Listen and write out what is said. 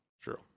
True